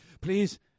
Please